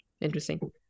Interesting